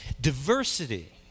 Diversity